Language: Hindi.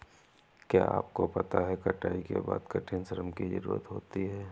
क्या आपको पता है कटाई के बाद कठिन श्रम की ज़रूरत होती है?